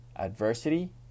adversity